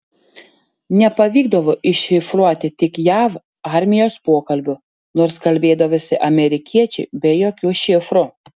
nepavykdavo iššifruoti tik jav armijos pokalbių nors kalbėdavosi amerikiečiai be jokių šifrų